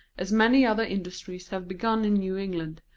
as many other industries have begun in new england,